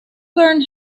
learn